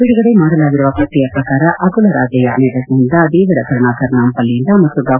ಬಿದುಗಡೆ ಮಾಡಲಾಗಿರುವ ಪಟ್ಟಿಯ ಪ್ರಕಾರ ಅಕುಲ ರಾಜಯ್ಯ ಮೇಧಕ್ನಿಂದ ದೇವರ ಕರುಣಾಕರ್ ನಾಂಪಲ್ಲಿಯಿಂದ ಮತ್ತು ಡಾ